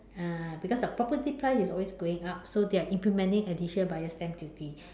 uh because the property price is always going up so they are implementing additional buyer's stamp duty